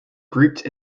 grouped